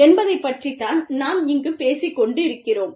என்பதைப் பற்றித் தான் நாம் இங்குப் பேசிக்கொண்டிருக்கிறோம்